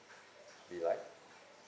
be like